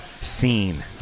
scene